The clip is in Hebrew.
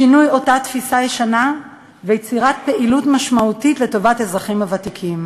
שינוי אותה תפיסה ישנה ויצירת פעילות משמעותית לטובת האזרחים הוותיקים,